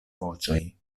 voĉoj